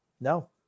No